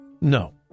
No